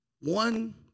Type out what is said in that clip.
one